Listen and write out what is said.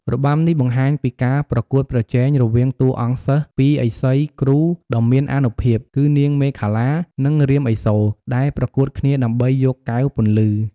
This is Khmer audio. របាំនេះបង្ហាញពីការប្រកួតប្រជែងរវាងតួអង្គសិស្សពីឥសីគ្រូដ៏មានអានុភាព គឺនាងមេខលា និងរាមឥសូរដែលប្រកួតគ្នាដើម្បីយកកែវពន្លឺ។